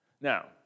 Now